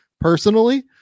personally